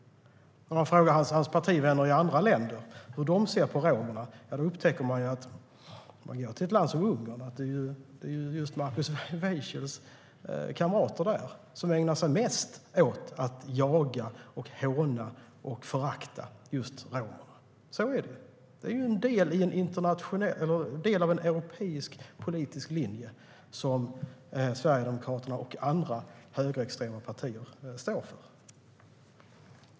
Om man frågar Markus Wiechels partivänner i andra länder hur de ser på romerna upptäcker man, om man tar ett land som Ungern, att det är hans kamrater där som mest ägnar sig åt att jaga, håna och förakta romerna. Så är det. Det är en del av en europeisk politisk linje som Sverigedemokraterna och andra högerextrema partier står för.